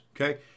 okay